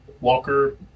Walker